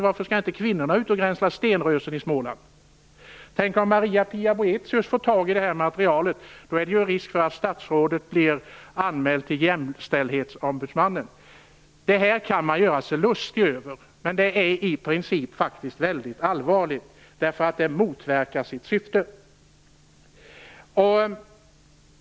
Varför skall inte kvinnor grensla stenrösen i Småland? Tänk om Maria-Pia Boëthius får tag i materialet, då är det risk för att statsrådet blir anmäld till Jämställdhetsombudsmannen. Det här kan man göra sig lustig över, men det är i princip väldigt allvarligt. Det motverkar sitt syfte.